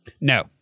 No